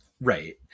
Right